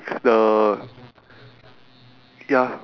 ya okay okay ya so like